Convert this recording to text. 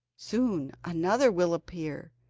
soon another will appear,